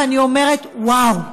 אני אומרת: וואו,